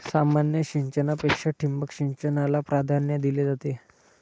सामान्य सिंचनापेक्षा ठिबक सिंचनाला प्राधान्य दिले जाते